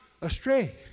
astray